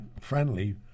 friendly